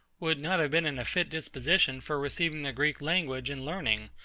would not have been in a fit disposition for receiving the greek language and learning,